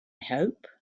hope